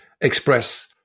express